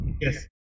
Yes